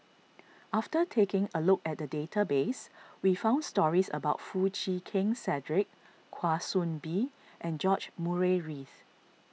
after taking a look at the database we found stories about Foo Chee Keng Cedric Kwa Soon Bee and George Murray Reith